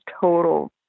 total